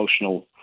emotional